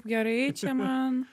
gerai čia man